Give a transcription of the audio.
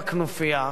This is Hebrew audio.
ובכנופיה,